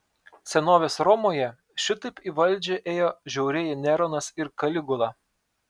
senovės romoje šitaip į valdžią ėjo žiaurieji neronas ir kaligula